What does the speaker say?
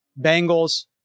Bengals